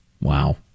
Wow